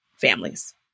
families